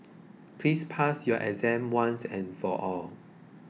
please pass your exam once and for all